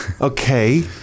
Okay